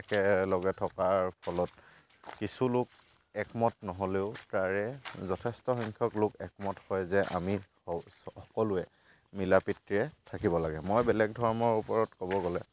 একেলগে থকাৰ ফলত কিছু লোক একমত নহ'লেও তাৰে যথেষ্টসংখ্যক লোক একমত হয় যে আমি সকলোৱে মিলাপ্ৰীতিৰে থাকিব লাগে মই বেলেগ ধৰ্মৰ ওপৰত ক'ব গ'লে